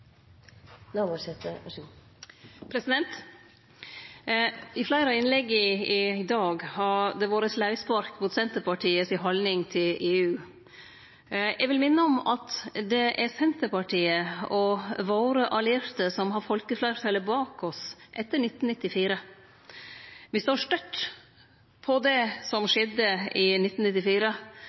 I fleire av innlegga i dag har det vore sleivspark mot Senterpartiets haldning til EU. Eg vil minne om at det er me i Senterpartiet og våre allierte som har folkefleirtalet bak oss – sidan 1994. Me står støtt på det som skjedde i 1994.